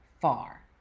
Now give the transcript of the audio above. far